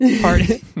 party